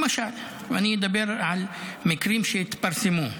למשל אני אדבר על מקרים שהתפרסמו.